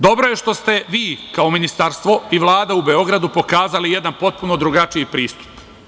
Dobro je što ste vi kao Ministarstvo i Vlada u Beogradu pokazali jedan potpuno drugačiji pristup.